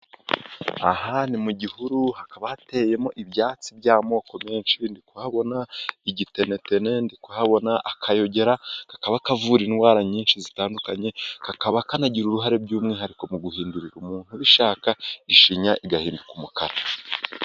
Aha ni mu gihuru. Hakaba hateyemo ibyatsi by'amoko menshi. Ndi kuhabona igitenetene, ndi kuhabona akayogera, kakaba kavura indwara nyinshi zitandukanye, kakaba kanagira uruhare by'umwihariko mu guhindurira umuntu ushaka ishinya igahinduka umukara.